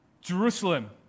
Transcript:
Jerusalem